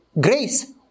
grace